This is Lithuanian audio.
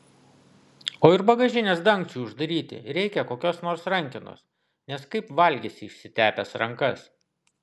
o ir bagažinės dangčiui uždaryti reikia kokios nors rankenos nes kaip valgysi išsitepęs rankas